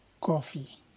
coffee